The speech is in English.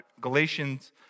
Galatians